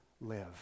live